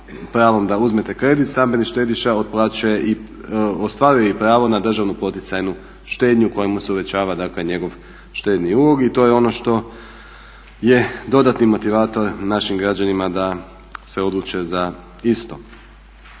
pravu da uzmete kredit stambeni štediša ostvaruje pravo na državnu poticajnu štednju kojom mu se uvećava njegov štedni ulog i to je ono što je dodatni motivator našim građanima da se odluče za isto.